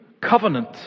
covenant